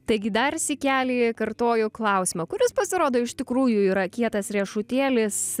taigi dar sykelį kartoju klausimą kuris pasirodo iš tikrųjų yra kietas riešutėlis